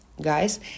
Guys